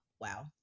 wow